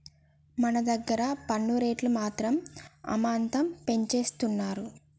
మన దగ్గర పన్ను రేట్లు మాత్రం అమాంతం పెంచేస్తున్నారు